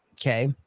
okay